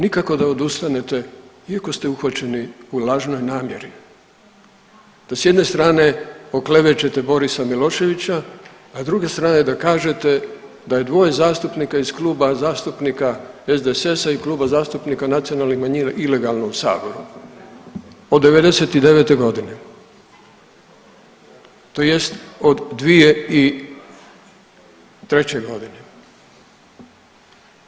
Nikako da odustanete iako ste uhvaćeni u lažnoj namjeri da s jedne strane oklevećete Borisa Miloševića, a s druge strane da kažete da je dvoje zastupnika iz Kluba zastupnika SDSS-a i Kluba zastupnika nacionalnih manjina ilegalno u saboru od '99. godine tj. od 2003. godine.